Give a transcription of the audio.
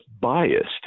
biased